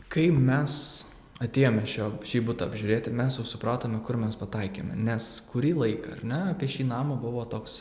kai mes atėjome šio šį butą apžiūrėti mes jau supratome kur mes pataikėme nes kurį laiką ar ne apie šį namą buvo toks